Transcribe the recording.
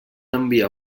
enviar